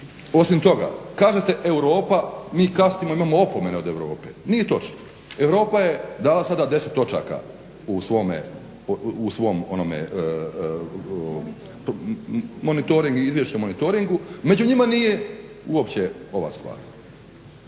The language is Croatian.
Osim toga, kažete Europa, mi kasnimo imao opomene od Europe? Nije točno, Europa je dala sada 10 točaka u svom monetoringu, izvješće o monetoringu , među njima nije uopće ova stvar.